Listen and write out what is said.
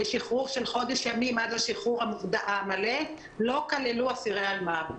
לשחרור של חודש ימים עד לשחרור המלא לא כללו אסירי אלמ"ב.